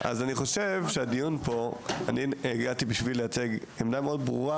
אני הגעתי בשביל לייצג עמדה מאוד ברורה,